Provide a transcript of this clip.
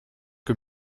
que